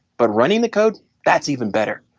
but running the code, that's even better,